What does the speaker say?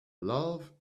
love